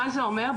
מה זה אומר?